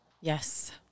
yes